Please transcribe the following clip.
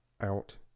out